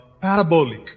parabolic